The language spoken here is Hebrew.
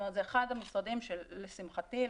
זה אחד המשרדים שלשמחתי,